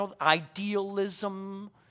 idealism